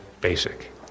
basic